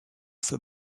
for